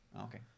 Okay